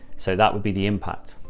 so that would be the impact.